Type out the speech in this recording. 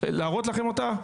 שאני אראה לכם אותה?